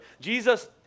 Jesus